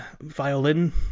violin